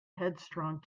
headstrong